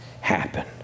happen